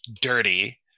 dirty